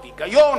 על-פי ההיגיון,